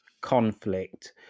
conflict